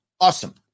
Awesome